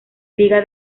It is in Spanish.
liga